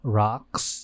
rocks